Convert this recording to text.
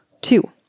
Two